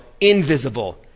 invisible